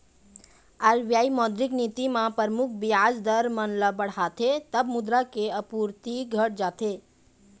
RBI मौद्रिक नीति म परमुख बियाज दर मन ल बढ़ाथे तब मुद्रा के आपूरति घट जाथे